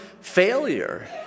failure